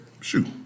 shoot